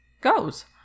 goes